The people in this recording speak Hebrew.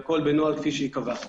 והכול בנוהל כפי שייקבע.